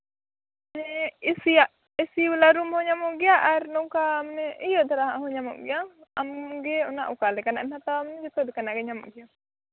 ᱢᱟᱱᱮ ᱮᱥᱤᱭᱟᱜ ᱮᱥᱤ ᱵᱟᱞᱟ ᱨᱩᱢ ᱦᱚᱸ ᱧᱟᱢᱚᱜ ᱜᱮᱭᱟ ᱟᱨ ᱱᱚᱝᱠᱟ ᱢᱟᱱᱮ ᱤᱭᱟᱹ ᱫᱷᱟᱨᱟ ᱟᱜ ᱦᱚᱸ ᱧᱟᱢᱚᱜ ᱜᱮᱭᱟ ᱟᱢᱜᱮ ᱚᱱᱟ ᱚᱠᱟ ᱞᱮᱠᱟᱱᱟᱜ ᱮᱢ ᱦᱟᱛᱟᱣᱟ ᱡᱚᱛᱚ ᱞᱮᱠᱟᱱᱟᱜ ᱜᱮ ᱧᱟᱢᱚᱜ ᱜᱮᱭᱟ